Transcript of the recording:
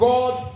God